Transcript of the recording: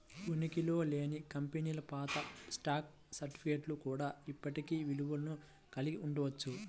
ఉనికిలో లేని కంపెనీల పాత స్టాక్ సర్టిఫికేట్లు కూడా ఇప్పటికీ విలువను కలిగి ఉండవచ్చు